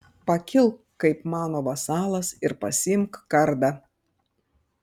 pakilk kaip mano vasalas ir pasiimk kardą